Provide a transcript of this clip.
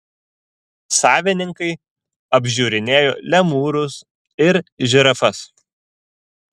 savininkai apžiūrinėjo lemūrus ir žirafas